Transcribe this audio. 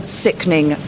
sickening